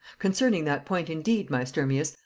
concerning that point indeed, my sturmius,